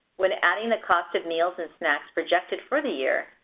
when adding the cost of meals and snacks projected for the year,